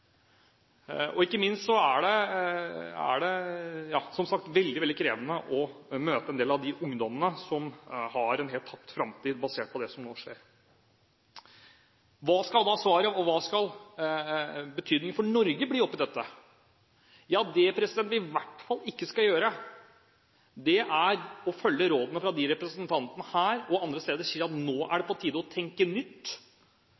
er det, som sagt, veldig krevende å møte en del av de ungdommene som har en helt tapt framtid basert på det som nå skjer. Hva skal da svaret være, og hva skal betydningen for Norge bli oppe i dette? Det vi i hvert fall ikke skal gjøre, er å følge rådene fra representantene her og andre steder som sier at nå er